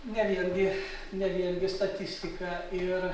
ne vien gi ne vien gi statistika ir